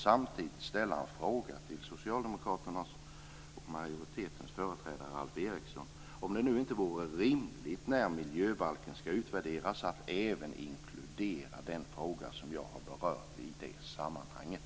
Samtidigt vill jag fråga socialdemokraternas och majoritetens företrädare Alf Eriksson om det nu inte vore rimligt, när miljöbalken ska utvärderas, att även inkludera den fråga jag har berört i det sammanhanget.